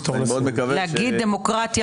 ואני מאוד מקווה --- להגיד דמוקרטיה